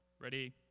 Ready